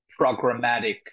programmatic